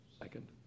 Second